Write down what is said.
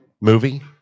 movie